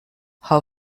how